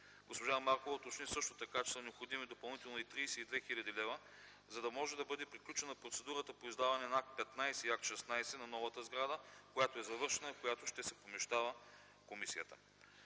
Госпожа Маркова уточни също така, че ще са необходими допълнително 32 хил. лв., за да може да бъде приключена процедурата по издаването на акт 15 и акт 16 на новата сграда, която е завършена и в която ще се помещава комисията.